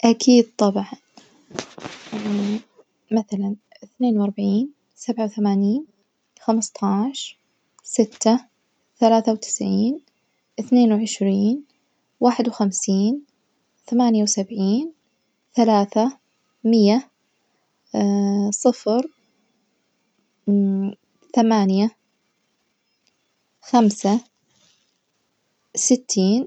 أكيد طبعًا مثلًا اثنين وأربعين، سبعة ثمانين، خمستاش، ستة، ثلاثة وتسعين، اثنين وعشرين، واحد وخمسين، ثمانية وسبعين، ثلاثة، مية، صفر، ثمانية، خمسة، ستين.